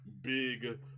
big